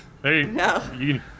Hey